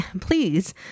please